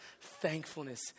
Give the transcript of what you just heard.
thankfulness